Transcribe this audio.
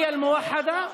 התשפ"א 2021,